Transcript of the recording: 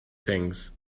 things